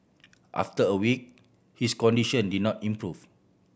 after a week his condition did not improve